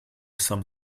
some